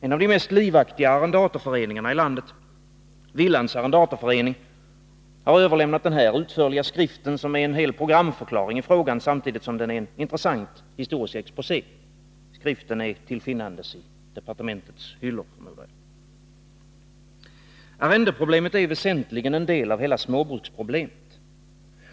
En av de mest livaktiga arrendatorföreningarna i landet, Willands arrendatorförening, har överlämnat en utförlig skrift som är en hel programförklaring i frågan samtidigt som den är en intressant historisk exposé. Skriften är tillfinnandes i departementets hyllor. Arrendeproblemet är väsentligen en del av hela småbruksproblemet.